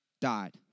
died